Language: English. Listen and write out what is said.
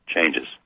changes